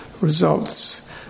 results